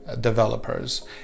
developers